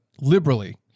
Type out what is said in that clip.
liberally